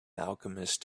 alchemist